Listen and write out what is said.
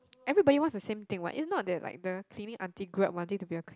everybody wants the same thing [what] is not that like the cleaning aunty grew up wanting to be a